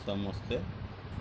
ସମସ୍ତେ